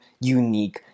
unique